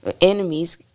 enemies